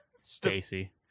Stacy